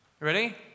Ready